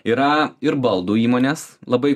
yra ir baldų įmonės labai